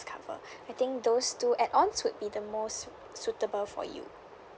cover I think those two add ons will be the most suit~ suitable for you